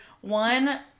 one